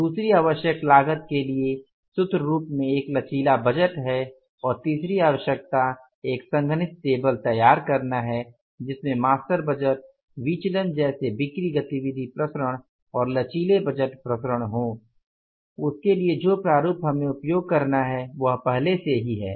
दूसरी आवश्यकता लागत के लिए सूत्र रूप में एक लचीला बजट है और तीसरी आवश्यकता एक संघनित टेबल तैयार करना है जिसमें मास्टर बजट विचलन जैसे बिक्री गतिविधि विचरण और लचीले बजट विचरण हो उसके लिए जो प्रारूप हमें उपयोग करना है वह पहले से ही है